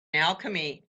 alchemy